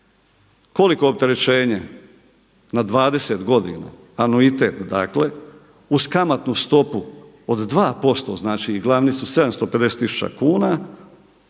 koliko opterećenje na 20 godina anuitet uz kamatnu stopu od 2% i glavnicu 750 tisuća kuna,